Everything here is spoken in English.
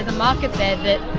ah market there that